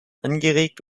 angeregt